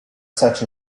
such